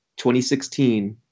2016